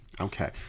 Okay